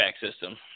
system